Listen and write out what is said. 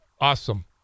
awesome